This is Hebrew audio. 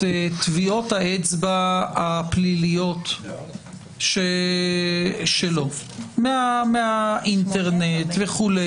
טביעות האצבע הפליליות שלו מהאינטרנט וכו'.